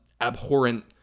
abhorrent